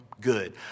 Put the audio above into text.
good